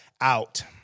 out